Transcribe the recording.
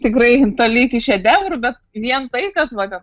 tikrai toli iki šedevrų bet vien tai kad vat